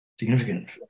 Significant